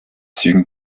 zügen